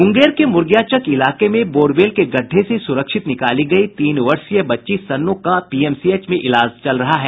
मुंगेर के मुर्गियाचक इलाके में बोरबेल के गड्ढ़े से सुरक्षित निकाली गयी तीन वर्षीय बच्ची सन्नो का पीएमसीएच में इलाज चल रहा है